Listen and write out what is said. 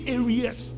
areas